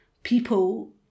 people